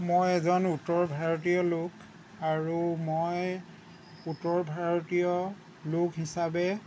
মই এজন উত্তৰ ভাৰতীয় লোক আৰু মই এজন উত্তৰ ভাৰতীয় লোক আৰু মই হিচাপে উত্তৰ ভাৰতীয় লোক হিচাবে